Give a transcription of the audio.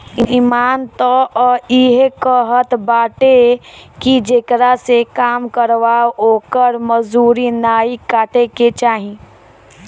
इमान तअ इहे कहत बाटे की जेकरा से काम करावअ ओकर मजूरी नाइ काटे के चाही